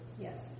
Yes